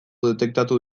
detektatu